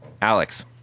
Alex